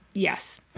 yes,